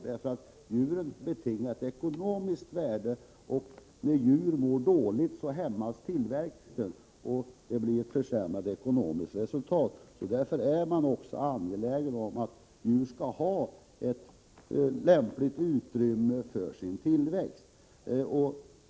Dessa djur betingar ett ekonomiskt värde. När djur mår dåligt hämmas tillväxten, och det blir då ett försämrat ekonomiskt resultat. Därför är man angelägen om att djur skall ha lämpligt utrymme för sin tillväxt.